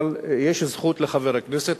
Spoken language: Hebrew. אבל יש זכות לחבר הכנסת,